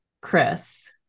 Chris